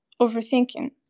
overthinking